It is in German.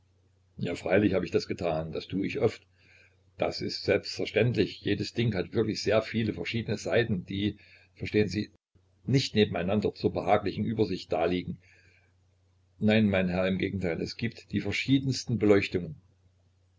ja freilich hab ich das getan das tue ich oft das ist selbstverständlich jedes ding hat wirklich sehr viel verschiedene seiten die verstehen sie nicht nebeneinander zur behaglichen übersicht daliegen nein mein herr im gegenteil es gibt da die verschiedensten beleuchtungen